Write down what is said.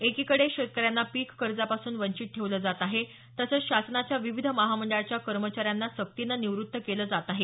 एकीकडे शेतकऱ्यांना पीक कर्जापासून वंचित ठेवलं जात आहे तसंच शासनाच्या विविध महामंडळाच्या कर्मचाऱ्यांना सक्तीनं निवृत्त केले जात आहे